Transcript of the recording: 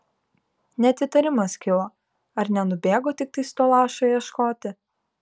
net įtarimas kilo ar nenubėgo tiktai to lašo ieškoti